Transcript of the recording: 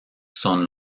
son